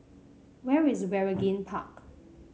where is Waringin Park